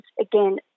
again